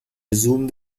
resume